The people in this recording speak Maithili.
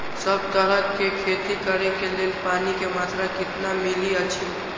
सब तरहक के खेती करे के लेल पानी के मात्रा कितना मिली अछि?